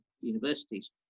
universities